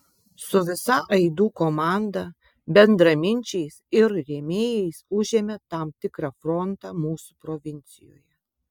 su visa aidų komanda bendraminčiais ir rėmėjais užėmė tam tikrą frontą mūsų provincijoje